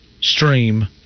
stream